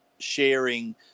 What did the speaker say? sharing